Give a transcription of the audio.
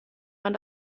man